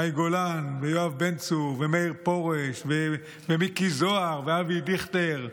מאי גולן ויואב בן צור ומאיר פרוש ומיקי זוהר ואבי דיכטר,